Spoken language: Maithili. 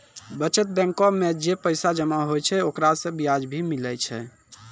बचत बैंक मे जे पैसा जमा होय छै ओकरा से बियाज भी मिलै छै